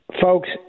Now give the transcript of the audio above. Folks